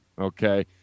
okay